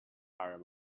are